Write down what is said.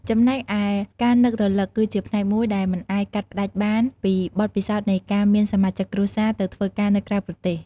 ចំណែកឯ ការនឹករលឹកក៏ជាផ្នែកមួយដែលមិនអាចកាត់ផ្តាច់បានពីបទពិសោធន៍នៃការមានសមាជិកគ្រួសារទៅធ្វើការនៅក្រៅប្រទេស។